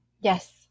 Yes